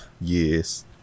Yes